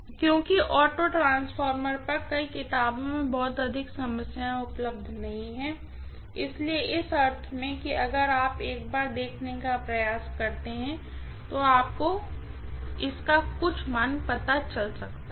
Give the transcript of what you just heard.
क्योंकि auto transformer पर कई पुस्तकों में बहुत अधिक समस्याएं उपलब्ध नहीं हैं इसलिए इस अर्थ में कि अगर आप एक बार देखने का प्रयास करते हैं तो आपको इसका कुछ मान पता चल सकता है